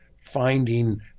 Finding